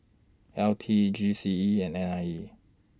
L T G C E and N I E